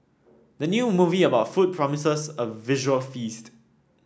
the new movie about food promises a visual feast